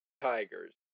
Tigers